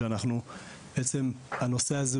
שבעצם הנושא הזה,